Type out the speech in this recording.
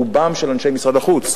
רובם של אנשי משרד החוץ,